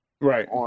Right